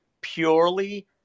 purely